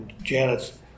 Janet's